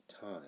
time